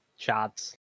chads